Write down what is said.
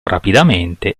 rapidamente